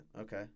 Okay